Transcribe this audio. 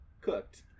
cooked